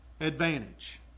advantage